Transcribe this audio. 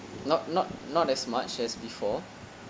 not not not as much as before